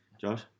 Josh